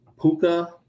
Puka